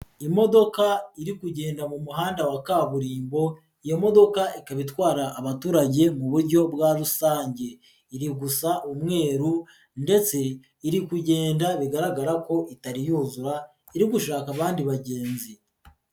Imodoka iri kugenda mu muhanda wa kaburimbo, iyo modoka ikaba itwara abaturage mu buryo bwa rusange. Iri gusa umweru, ndetse iri kugenda bigaragara ko itari yuzura, iri gushaka abandi bagenzi.